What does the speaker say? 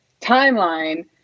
timeline